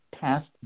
past